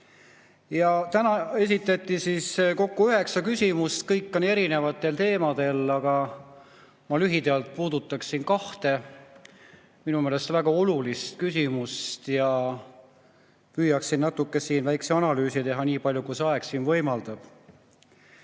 Täna esitati kokku üheksa küsimust, kõik erinevatel teemadel, aga ma lühidalt puudutan kahte minu meelest väga olulist küsimust ja püüan siin väikese analüüsi teha, niipalju kui aeg võimaldab.